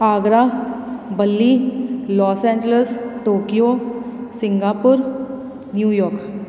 Agra Bali Los Angeles Tokyo Singapore New York